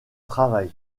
travail